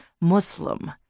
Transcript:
Muslim